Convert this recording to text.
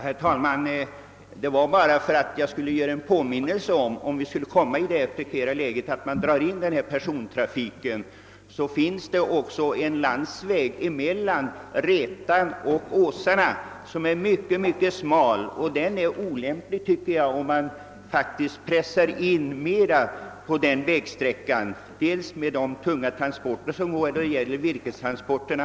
Herr talman! Om man drar in den persontrafik det här gäller, så finns det också en smal landsväg mellan Rätan och Åsarna, men enligt min mening är det olämpligt att pressa in mera trafik på den vägen, speciellt med tanke på de tunga virkestransporter som där förekommer.